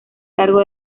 cargo